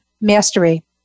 Mastery